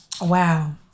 Wow